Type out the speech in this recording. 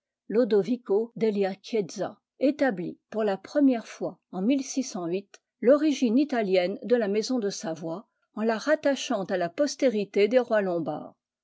établit pour la première fois en l'origine italienne de la maison de savoie en la rattachant à la postérité des rois lombards